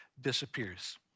disappears